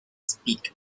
speaker